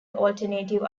alternative